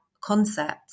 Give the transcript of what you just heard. concept